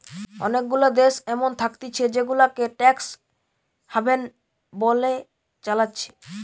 অনেগুলা দেশ এমন থাকতিছে জেগুলাকে ট্যাক্স হ্যাভেন বলে চালাচ্ছে